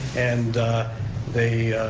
and they